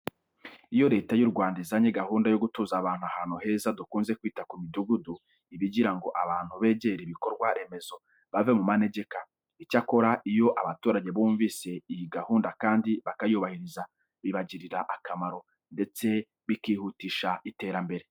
Iyo Leta y'u Rwanda izanye gahunda yo gutuza abantu ahantu heza dukunze kwita ku midugudu, iba igira ngo abantu begere ibikorwa remezo bave mu manegeka. Icyakora, iyo abaturage bumvise iyi gahunda kandi bakayubahiriza bibagirira akamaro, ndetse bikihutisha iterambere.